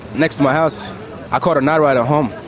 next to my house i caught a nightrider home,